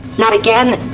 not again!